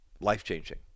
life-changing